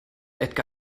edgar